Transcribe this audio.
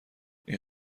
این